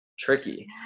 tricky